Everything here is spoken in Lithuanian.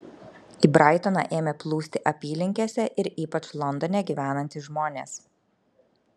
į braitoną ėmė plūsti apylinkėse ir ypač londone gyvenantys žmonės